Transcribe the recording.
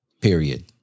Period